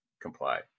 comply